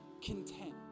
content